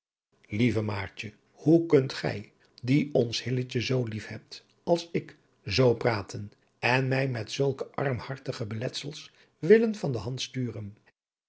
maartje hoe kunt gij die ons hilletje zoo lief hebt als ik zoo praten en mij met zulke armhartige beletsels willen van de hand sturen